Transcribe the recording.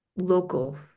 Local